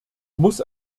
muss